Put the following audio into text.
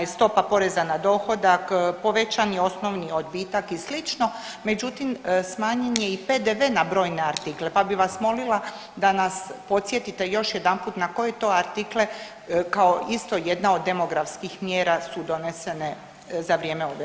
je stopa poreza na dohodak, povećan je osnovni odbitak i slično, međutim, smanjen je i PDV na brojne artikle pa bi vas molila da nas podsjetite još jedanput na koje to artikle kao isto jedna od demografskih mjera su donesene za vrijeme ove Vlade?